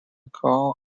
claws